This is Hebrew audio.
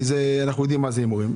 כי אנחנו יודעים מה זה הימורים.